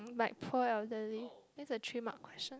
like poor elderly that's a three mark question